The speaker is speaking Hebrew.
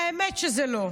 האמת היא שזה לא.